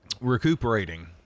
recuperating